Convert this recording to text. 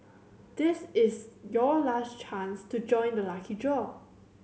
this is your last chance to join the lucky draw